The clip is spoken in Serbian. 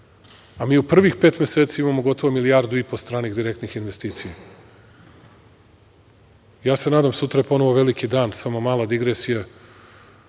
u prvih pet meseci imamo gotovo milijardu i po stranih direktnih investicija. Ja se nadam, sutra je ponovo veliki dan, samo mala digresija,